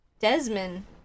Desmond